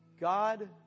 God